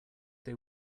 they